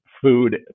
food